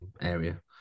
area